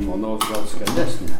žmonos gal skanesnė